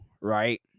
right